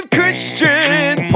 Christian